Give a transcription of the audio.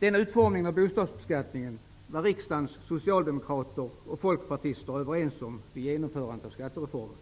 Den utformningen av bostadsbeskattningen var riksdagens socialdemokrater och folkpartister överens om vid genomförandet av skattereformen.